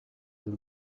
del